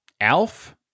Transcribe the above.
Alf